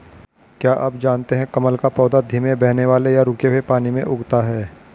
क्या आप जानते है कमल का पौधा धीमे बहने वाले या रुके हुए पानी में उगता है?